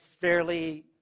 fairly